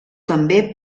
també